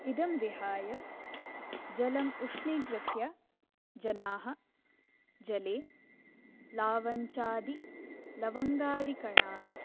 इदं विहाय जलम् उष्णीकृत्य जनाः जले लावञ्चादिलवङ्गादिकणानि